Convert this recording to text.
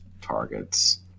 targets